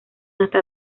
hasta